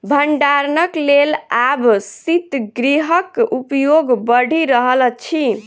भंडारणक लेल आब शीतगृहक उपयोग बढ़ि रहल अछि